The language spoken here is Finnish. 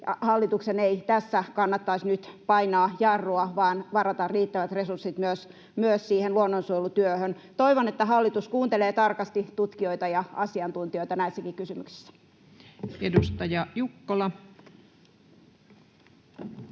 Hallituksen ei tässä kannattaisi nyt painaa jarrua vaan varata riittävät resurssit myös siihen luonnonsuojelutyöhön. Toivon, että hallitus kuuntelee tarkasti tutkijoita ja asiantuntijoita näissäkin kysymyksissä. Edustaja Jukkola. Arvoisa